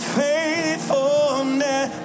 faithfulness